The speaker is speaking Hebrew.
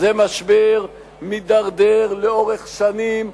זה משבר שמידרדר לאורך שנים,